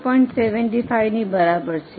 75 ની બરાબર છે